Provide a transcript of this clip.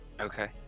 Okay